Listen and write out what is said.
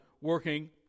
working